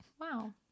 Wow